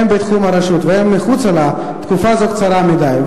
הן בתחום הרשות והן מחוצה לה, תקופה זו קצרה מדי.